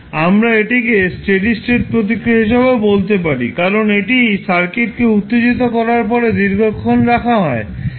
আমরা এটিকে steady state প্রতিক্রিয়া হিসাবেও বলতে পারি কারণ এটি সার্কিটকে উত্তেজিত করার পরে দীর্ঘক্ষণ রাখা থাকে